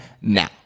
now